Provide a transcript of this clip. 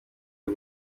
y’u